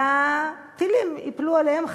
והטילים ייפלו עליהם,